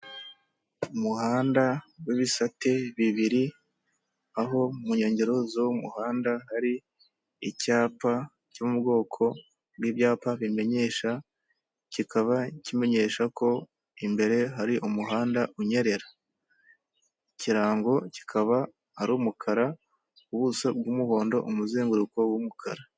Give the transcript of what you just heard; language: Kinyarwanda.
Umuhanda w'ibisate bibiri aho mu nkengero zuwo muhanda hari icyapa cyo mu bwoko bw'ibyapa bimenyesha kikaba kimenyesha ko imbere hari umuhanda unyerera, ikirango kikaba ari umukara ubuso bw'umuhondo umuzenguruko w'umukara.